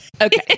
Okay